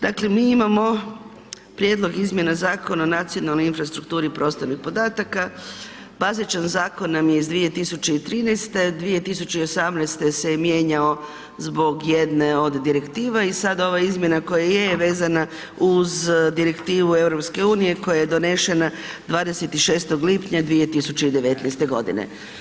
Dakle mi imamo Prijedlog izmjena Zakona o nacionalnoj infrastrukturi prostornih podataka, bazećim zakonom iz 2013., 2018. se je mijenjao zbog jedne od direktiva i sad ova izmjena koja je vezana uz direktivu EU-a koja je donesena 26. lipnja 2019. godine.